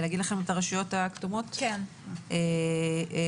אגיד את הרשויות הכתומות: מסעדה,